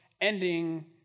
ending